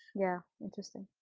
yeah, interesting.